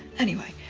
anyway,